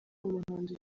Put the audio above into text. umuhanzi